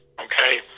okay